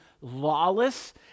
lawless